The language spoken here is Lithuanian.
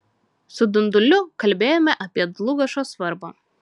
su dunduliu kalbėjome apie dlugošo svarbą